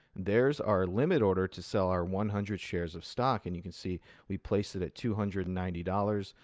there's our limit order to sell our one hundred shares of stock. and you can see we placed it at two hundred and ninety dollars.